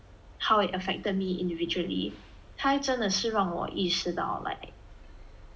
how it affected me individually 他真的是让我意识到 like